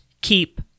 keep